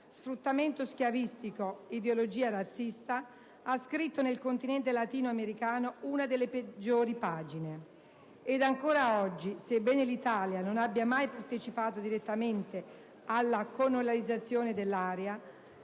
sfruttamento schiavistico e ideologia razzista, ha scritto nel continente latino americano una delle peggiori pagine. Ed ancora oggi, sebbene l'Italia non abbia mai partecipato direttamente alla colonializzazione dell'area,